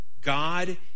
God